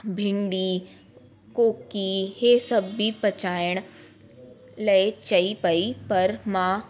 भिंडी कोकी इहे सभु बि पचाइण लाइ चई पई पर मां